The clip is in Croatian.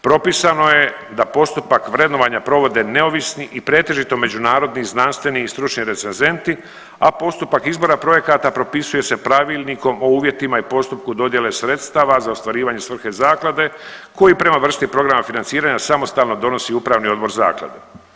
Propisano je da postupak vrednovanja neovisni i pretežito međunarodni znanstveni i stručni recenzenti, a postupak izbora projekata propisuje se pravilnikom o uvjetima i postupku dodjele sredstava za ostvarivanje svrhe zaklade koji prema vrsti programa financiranja samostalnog donosi upravni odbor zaklade.